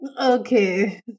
Okay